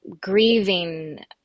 grieving